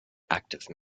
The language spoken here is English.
active